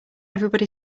everybody